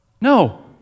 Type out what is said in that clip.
No